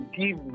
give